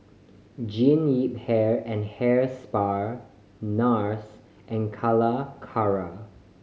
Jean Yip Hair and Hair Spa Nars and Calacara